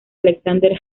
alexander